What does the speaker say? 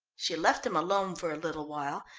she left him alone for a little while,